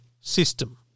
system